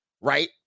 right